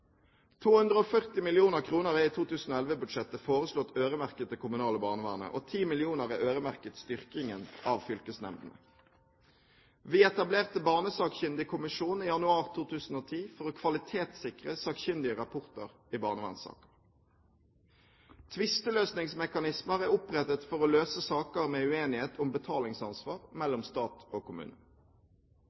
240 mill. kr er i 2011-budsjettet foreslått øremerket det kommunale barnevernet, og 10 mill. kr er øremerket styrkingen av fylkesnemndene. Vi etablerte Barnesakkyndig kommisjon i januar 2010 for å kvalitetssikre sakkyndige rapporter i barnevernssaker. Tvisteløsningsmekanismer er opprettet for å løse saker med uenighet om betalingsansvar mellom stat og kommune.